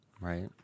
Right